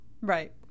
right